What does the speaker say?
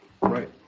Right